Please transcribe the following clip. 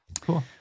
Cool